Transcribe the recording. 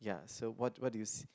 ya so what what do you see